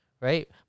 right